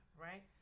right